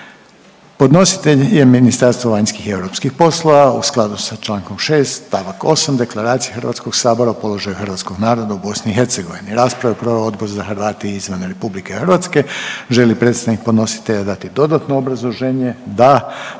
Podnositelj je Ministarstvo vanjskih i europskih poslova u skladu sa člankom 6. stavak 8. Deklaracije Hrvatskog sabora o položaju hrvatskog naroda u BiH. Raspravu je proveo Odbor za Hrvate izvan Republike Hrvatske. Želi li predstavnik podnositelja dati dodatno obrazloženje? Da.